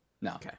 No